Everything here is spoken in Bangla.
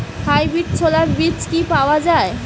হাইব্রিড ছোলার বীজ কি পাওয়া য়ায়?